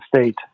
State